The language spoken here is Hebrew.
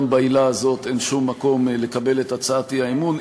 גם בעילה הזאת אין שום מקום לקבל את הצעת האי-אמון.